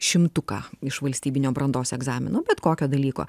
šimtuką iš valstybinio brandos egzamino bet kokio dalyko